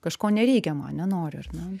kažko nereikia man noriu ar ne